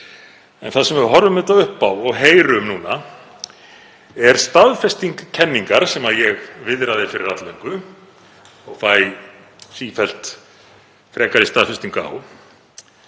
En það sem við horfum auðvitað upp á og heyrum núna er staðfesting kenningar sem ég viðraði fyrir alllöngu og fæ sífellt frekari staðfestingu á,